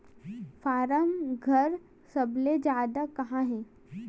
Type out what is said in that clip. form घर सबले जादा कहां हे